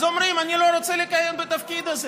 אז אומרים: אני לא רוצה לכהן בתפקיד הזה.